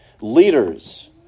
leaders